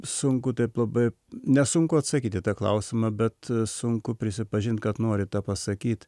sunku taip labai nesunku atsakyt į tą klausimą bet sunku prisipažint kad nori tą pasakyt